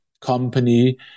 company